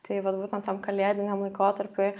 tai vat būten tam kalėdiniam laikotarpiui